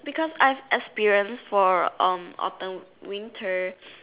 because I have experience for um autumn winter